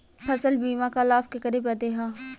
फसल बीमा क लाभ केकरे बदे ह?